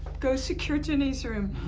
go secure ginny's room.